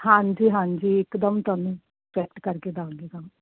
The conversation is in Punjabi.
ਹਾਂਜੀ ਹਾਂਜੀ ਇਕਦਮ ਤੁਹਾਨੂੰ ਕਰੈਕਟ ਕਰਕੇ ਦਿਆਂਗੇ ਕੰਮ